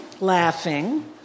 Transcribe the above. laughing